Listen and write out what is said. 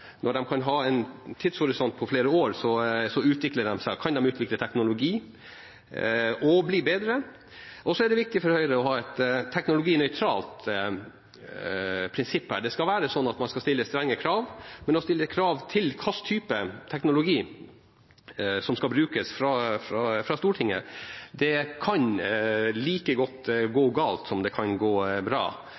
Når de kan ha en tidshorisont på flere år, kan de utvikle teknologi og bli bedre. Og så er det viktig for Høyre å ha et teknologinøytralt prinsipp her. Det skal være slik at man skal stille strenge krav, men det å stille krav fra Stortinget til hvilken type teknologi som skal brukes, kan like gjerne gå galt som det kan gå bra.